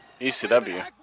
ECW